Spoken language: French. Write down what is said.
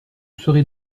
serai